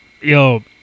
Yo